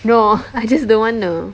no I just don't want to